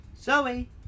Zoe